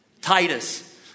Titus